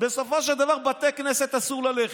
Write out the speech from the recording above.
בסופו של דבר לבתי כנסת אסור ללכת,